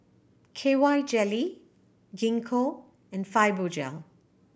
K Y Jelly Gingko and Fibogel